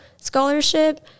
scholarship